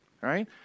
right